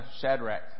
Shadrach